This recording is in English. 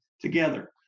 together